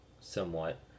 somewhat